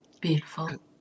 Beautiful